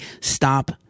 stop